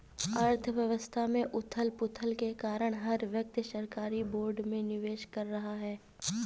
अर्थव्यवस्था में उथल पुथल के कारण हर व्यक्ति सरकारी बोर्ड में निवेश कर रहा है